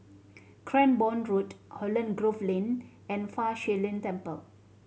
Cranborne Road Holland Grove Lane and Fa Shi Lin Temple